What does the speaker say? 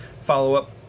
follow-up